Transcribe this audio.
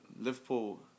Liverpool